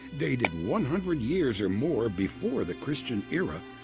dated one hundred years or more before the christian era,